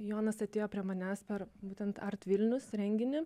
jonas atėjo prie manęs per būtent art vilnius renginį